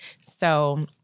So-